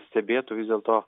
stebėtų vis dėlto